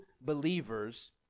believers